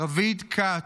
רביד כץ,